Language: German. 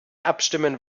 abstimmen